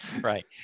right